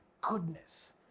goodness